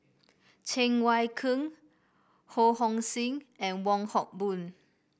Cheng Wai Keung Ho Hong Sing and Wong Hock Boon